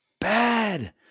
bad